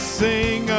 sing